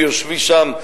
ביושבי שם,